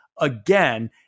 again